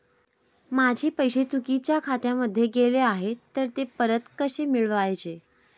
माझे पैसे चुकीच्या खात्यामध्ये गेले आहेत तर ते परत कसे मिळवायचे?